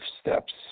steps